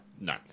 No